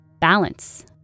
balance